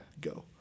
go